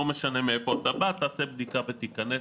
משנה מאיפה אתה בא תעשה בדיקה ותיכנס.